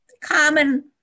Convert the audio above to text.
Common